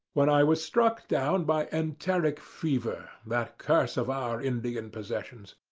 when i was struck down by enteric fever, that curse of our indian possessions.